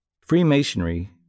Freemasonry